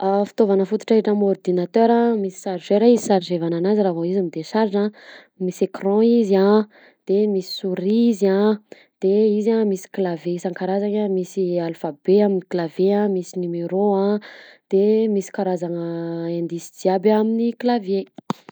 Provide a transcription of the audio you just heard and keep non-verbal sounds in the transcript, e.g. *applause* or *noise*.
*hesitation* Fitaovana fototra hita amin'ordinateur a misy chargeur izy ichargevana ananjy revo izy mi-decharge a, misy ecran izy a de misy sourie izy a de izy misy clavier isankarazagny misy alphabet amin'ny clavier a, misy numero a de misy karazagna *hesitation* indice jiaby amina clavier.